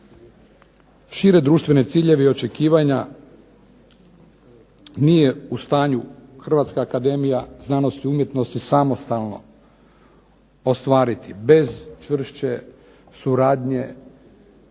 Širi društveni ciljevi i očekivanja nije u stanju Hrvatska akademija znanosti i umjetnosti samostalno ostvariti bez čvršće suradnje, a